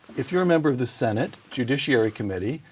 if you're a member of the senate judiciary committee,